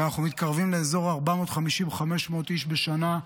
ואנחנו מתקרבים לאזור ה-450, 500 איש בשנה,